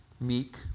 meek